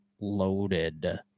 loaded